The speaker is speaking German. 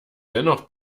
dennoch